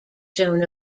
shown